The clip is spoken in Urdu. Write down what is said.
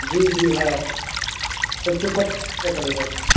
جی جی ہے ایک سو پچیس روپئے پڑے گا اس کا